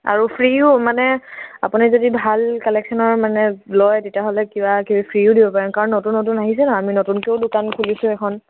আৰু ফ্ৰীও মানে আপুনি যদি ভাল কালেকশ্যনৰ মানে লয় তেতিয়াহ'লে কিবা ফ্ৰীও দিব পাৰে কাৰণ নতুন নতুন আহিছে ন' আমি নতুনকৈও দোকান খুলিছোঁ এখন